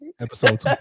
episode